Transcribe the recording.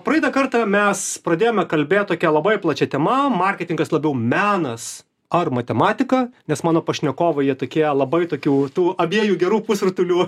praeitą kartą mes pradėjome kalbėt tokia labai plačia tema marketingas labiau menas ar matematika nes mano pašnekovai jie tokie labai tokių tų abiejų gerų pusrutulių